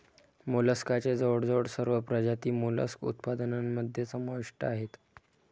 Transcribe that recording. मोलस्कच्या जवळजवळ सर्व प्रजाती मोलस्क उत्पादनामध्ये समाविष्ट आहेत